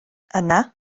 yna